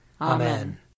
Amen